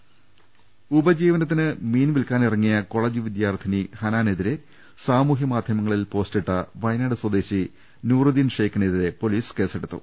രദ്ദമ്പ്പെട്ടറ ഉപജീവനത്തിന് മീൻ വിൽക്കാനിറങ്ങിയ കോളജ് വിദ്യാർത്ഥിനി ഹനാ നെതിരെ സാമൂഹ്യ മാധ്യമങ്ങളിൽ പോസ്റ്റിട്ട വയനാട് സ്വദേശി നൂറുദ്ദീൻ ഷെയ്ക്കിനെതിരെ പൊലീസ് കേസെടുത്തു